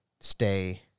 stay